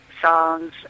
songs